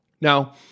Now